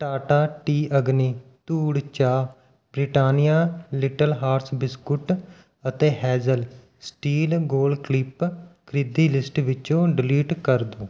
Tata tea Agni ਧੂੜ ਚਾਹ Britannia little hearts biscuit ਅਤੇ ਹੇਜ਼ਲ ਸਟੀਲ ਗੋਲ ਕਲਿੱਪ ਖਰੀਦੀ ਲਿਸਟ ਵਿੱਚੋਂ ਡਿਲੀਟ ਕਰ ਦਿਉ